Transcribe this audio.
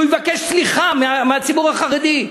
שהוא יבקש סליחה מהציבור החרדי,